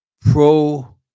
pro